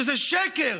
שזה שקר,